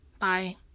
Bye